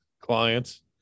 Clients